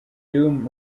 doom